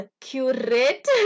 curate